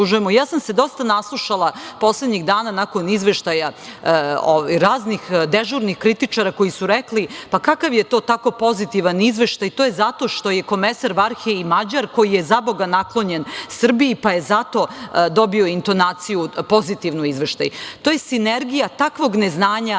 sam se naslušala poslednjih dana nakon izveštaja raznih dežurnih kritičara koji su rekli- pa, kakav je to takav pozitivan izveštaj? To je zato što je komesar Varhej Mađar koji je, zaboga, naklonjen Srbiji, pa je zato dobio izveštaj pozitivnu intonaciju. To je sinergija takvog neznanja